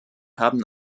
haben